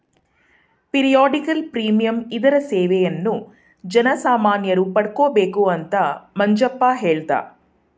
periodical premium ಇದರ ಸೇವೆಯನ್ನು ಜನಸಾಮಾನ್ಯರು ಪಡಕೊಬೇಕು ಅಂತ ಮಂಜಪ್ಪ ಹೇಳ್ದ